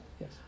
yes